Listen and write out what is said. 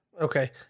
Okay